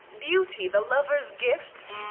beauty the lover's gift!